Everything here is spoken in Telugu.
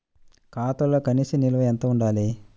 ఖాతాలో కనీస నిల్వ ఎంత ఉండాలి?